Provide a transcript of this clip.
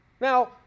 Now